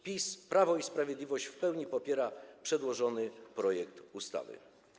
Prawo i Sprawiedliwość w pełni popiera przedłożony projekt ustawy.